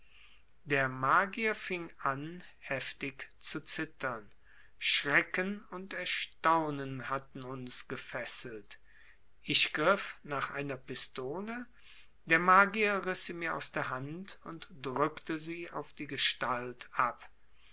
der magier fing an heftig zu zittern schrecken und erstaunen hatten uns gefesselt ich griff nach einer pistole der magier riß sie mir aus der hand und drückte sie auf die gestalt ab